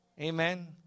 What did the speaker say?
Amen